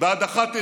בהדחת עדים,